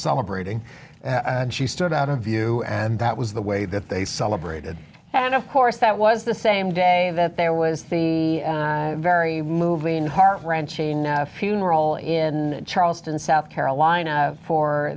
celebrating and she stood out of view and that was the way that they celebrated and of course that was the same day that there was the very moving heart wrenching funeral in charleston south carolina for